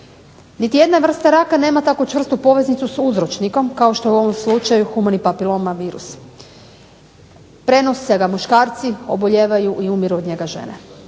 Niti jedna vrsta raka nema tako čvrstu poveznicu s uzročnikom kao što je u ovom slučaju humani papiloma virus. Prenose ga muškarci, obolijevaju i umiru od njega žene.